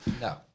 No